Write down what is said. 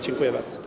Dziękuję bardzo.